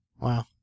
Wow